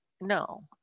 No